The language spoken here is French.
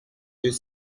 deux